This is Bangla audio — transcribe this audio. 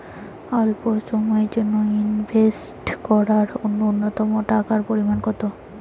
স্বল্প সময়ের জন্য ইনভেস্ট করার নূন্যতম টাকার পরিমাণ কত?